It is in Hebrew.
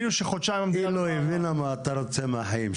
כאילו שחודשיים --- כאילו היא לא הבינה מה אתה רוצה מהחיים שלה.